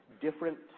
different